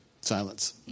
Silence